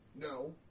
no